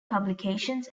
publications